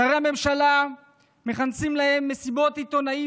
שרי הממשלה מכנסים להם מסיבות עיתונאים